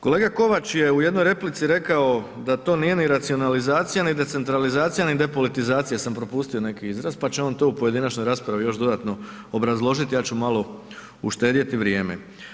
Kolega Kovač je u jednoj replici rekao da to nije ni racionalizacija, ni decentralizacija, ni depolitizacija, jesam propustio neki izraz, pa će on to u pojedinačnoj raspravi još dodano obrazložiti, ja ću malo uštedjeti vrijeme.